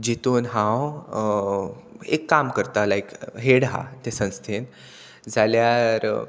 जितून हांव एक काम करता लायक हेड आहा त्या संस्थेन जाल्यार